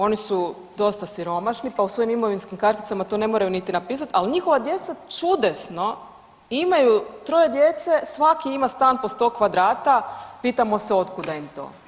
Oni su dosta siromašni, pa u svojim imovinskim karticama to ne moraju niti napisat, al njihova djeca čudesno imaju troje djece, svaki ima stan po 100 kvadrata, pitamo se od kuda im to.